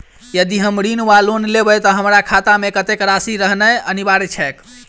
यदि हम ऋण वा लोन लेबै तऽ हमरा खाता मे कत्तेक राशि रहनैय अनिवार्य छैक?